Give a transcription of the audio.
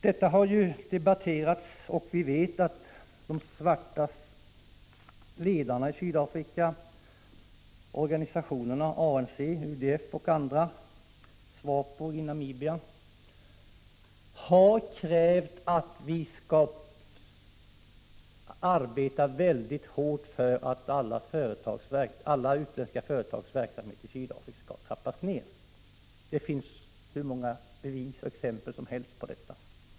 De svartas ledare i Sydafrika, företrädare för organisationerna ANC, UDF, SWAPO i Namibia och andra, har krävt att vi skall arbeta hårt för att alla utländska företags verksamheter i Sydafrika trappas ned. Det finns hur många exempel som helst på detta.